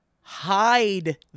hide